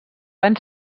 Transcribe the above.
van